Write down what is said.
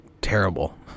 terrible